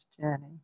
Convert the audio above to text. journey